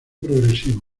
progresivo